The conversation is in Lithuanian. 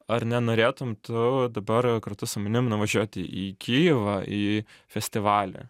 ar nenorėtum tu dabar kartu su manim nuvažiuoti į kijevą į festivalį